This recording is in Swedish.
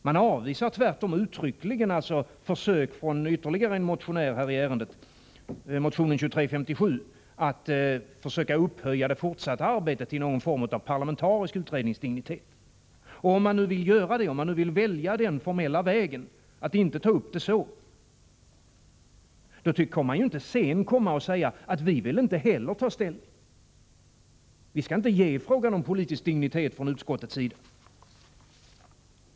Man avvisar tvärtom uttryckligen försök från ytterligare en motionär i ärendet — motion 2357 — att upphöja det fortsatta arbetet till någon form av parlamentarisk utredningsdignitet. Om man vill välja den formella vägen att inte ta upp frågan så, kan man ju inte sedan säga: Vi vill inte heller ta ställning, vi skall inte ge frågan någon politisk dignitet från utskottets sida.